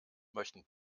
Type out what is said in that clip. möchten